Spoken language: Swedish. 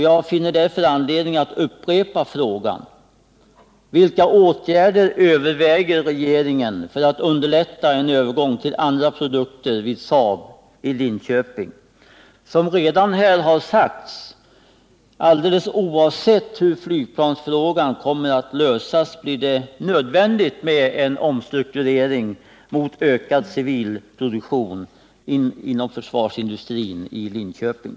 Jag finner därför anledning att upprepa frågan: ”Vilka åtgärder överväger regeringen för att underlätta en övergång till andra produkter vid Saab i Linköping?” Som här redan har sagts blir det, alldeles oavsett hur flygplansfrågan kommer att lösas, nödvändigt med en omstrukturering i riktning mot ökad civil produktion inom försvarsindustrin i Linköping.